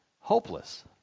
hopeless